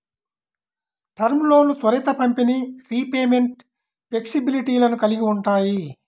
term లోన్లు త్వరిత పంపిణీ, రీపేమెంట్ ఫ్లెక్సిబిలిటీలను కలిగి ఉంటాయి